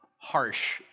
harsh